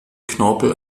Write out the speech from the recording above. knorpel